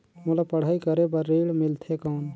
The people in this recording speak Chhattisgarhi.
मोला पढ़ाई करे बर ऋण मिलथे कौन?